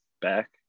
back